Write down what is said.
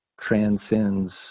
transcends